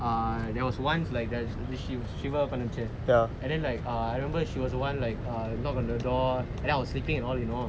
err there was once like shiver that பண்ணுச்சு:pannuchu and then like I remember she was the [one] like err knock on the door and then I was sleeping and all you know